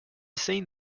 seen